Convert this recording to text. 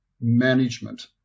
Management